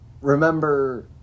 remember